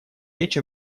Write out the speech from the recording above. речь